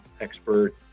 expert